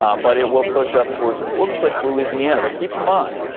um but it will push up towards looks like louisiana, but keep in mind.